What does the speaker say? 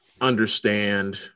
understand